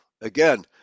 Again